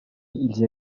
илсе